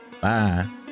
Bye